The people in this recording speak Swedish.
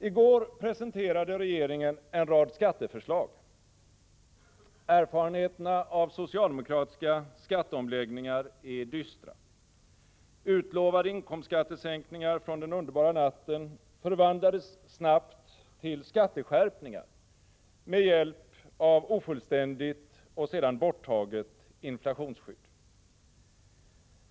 I går presenterade regeringen en rad skatteförslag. Erfarenheterna av socialdemokratiska skatteomläggningar är dystra. Utlovade inkomstskattesänkningar från den underbara natten förvandlades snabbt till skatteskärpningar med hjälp av ofullständigt och sedan borttaget inflationsskydd.